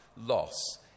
loss